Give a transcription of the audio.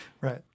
Right